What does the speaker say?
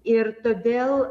ir todėl